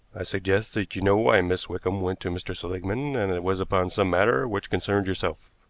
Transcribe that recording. i suggest that you know why miss wickham went to mr. seligmann and that it was upon some matter which concerned yourself.